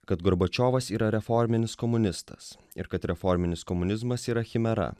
kad gorbačiovas yra reforminis komunistas ir kad reforminis komunizmas yra chimera